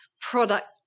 product